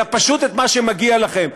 אלא פשוט את מה שמגיע לכם,